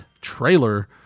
Trailer